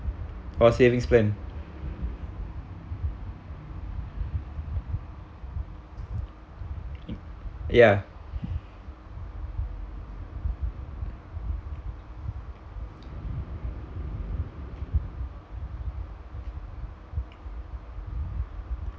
or savings plan ya